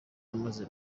amaze